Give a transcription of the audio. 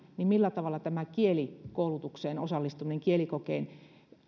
niin millä tavalla tämä kielikoulutukseen osallistuminen ja kielikokeen